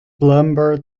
plumber